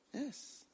Yes